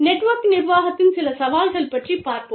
network நிர்வாகத்தின் சில சவால்கள் பற்றிப் பார்ப்போம்